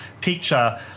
picture